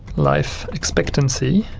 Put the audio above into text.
life expectancy